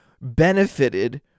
benefited